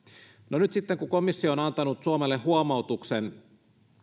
no nyt sitten kun komissio on antanut suomelle huomautuksen